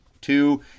two